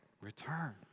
Return